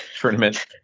tournament